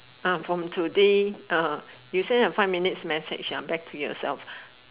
from today you send a five minute message back to yourself